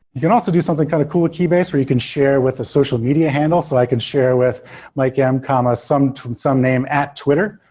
you can also do something kind of cool with keybase where you can share with a social media handle, so i can share with like um mikem, um ah some some name at twitter.